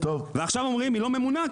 ועכשיו אומרים היא לא ממונה,